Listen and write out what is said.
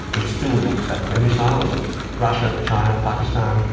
it still looks at the missiles of russia, china, pakistan,